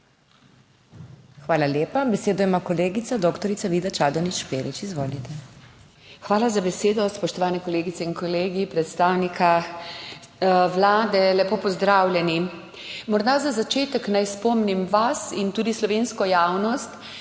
Hvala lepa. Besedo ima kolegica doktorica Vida Čadonič Špelič, izvolite. DR. VIDA ČADONIČ ŠPELIČ (PS NSi): Hvala za besedo, spoštovane kolegice in kolegi, predstavnika Vlade. Lepo pozdravljeni. Morda za začetek naj spomnim vas in tudi slovensko javnost,